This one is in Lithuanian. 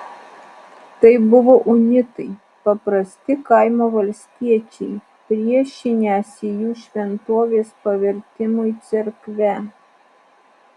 tai buvo unitai paprasti kaimo valstiečiai priešinęsi jų šventovės pavertimui cerkve